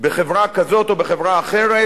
בחברה כזאת או בחברה אחרת,